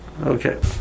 Okay